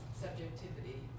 subjectivity